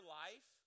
life